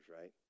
right